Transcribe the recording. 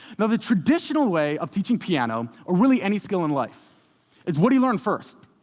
now, the traditional way of teaching piano or, really, any skill in life is what do you learn first?